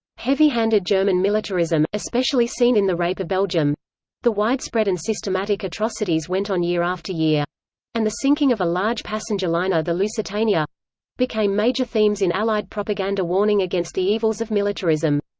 heavy-handed german militarism, especially seen in the rape of belgium the widespread and systematic atrocities went on year after year and the sinking of a large passenger liner the lusitania became major themes in allied propaganda warning against the evils of militarism.